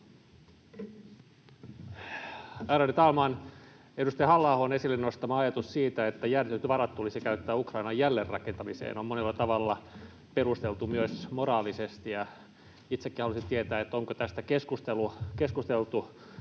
Ärade talman! Edustaja Halla-ahon esille nostama ajatus siitä, että jäädytetyt varat tulisi käyttää Ukrainan jälleenrakentamiseen, on monella tavalla perusteltu myös moraalisesti. Itsekin haluaisin tietää, onko tästä keskusteltu,